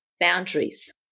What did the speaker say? boundaries